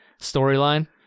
storyline